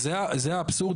זה האבסורד,